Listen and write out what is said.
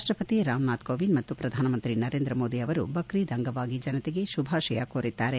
ರಾಷ್ಷಪತಿ ರಾಮನಾಥ್ ಕೋವಿಂದ್ ಮತ್ತು ಪ್ರಧಾನಮಂತ್ರಿ ನರೇಂದ್ರ ಮೋದಿ ಅವರು ಬಕ್ರೀದ್ ಅಂಗವಾಗಿ ಜನತೆಗೆ ಶುಭಾಶಯ ಕೋರಿದ್ದಾರೆ